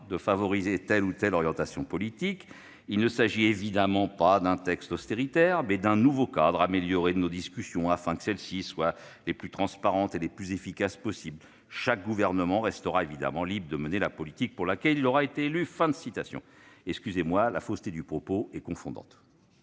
de favoriser telle ou telle orientation politique. Il ne s'agit évidemment pas d'un texte austéritaire, mais d'un nouveau cadre amélioré de nos discussions, afin que celles-ci soient les plus transparentes et les plus efficaces possible. Chaque gouvernement restera évidemment libre de mener la politique pour laquelle il aura été élu. »